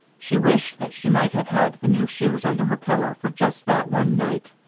she wished that she might have had the new shoes under her pillow for just that one night.